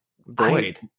void